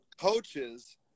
Coaches